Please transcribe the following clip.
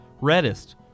reddest